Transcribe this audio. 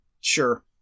Sure